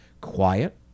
quiet